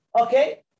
Okay